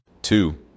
Two